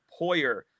Poyer